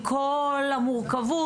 עם כל המורכבות,